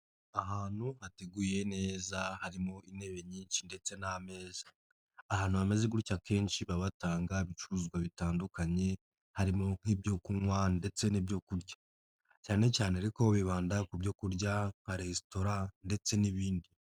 Ahantu hateguye neza harimo intebe nyinshi ndetse n'ameza. Ahantu bameze gutyo akenshi baba batanga ibicuruzwa bitandukanye harimo n'kibyo kunywa ndetse n'ibyo kurya, cyane cyane ariko bibanda ku byo kurya nka resitora ndetse n'ibindi.